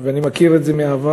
ואני מכיר את זה מהעבר,